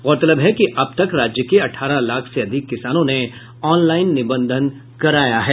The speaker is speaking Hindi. गौरतलब है कि अब तक राज्य के अठारह लाख से अधिक किसानों ने ऑनलाईन निबंधन कराया है